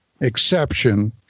exception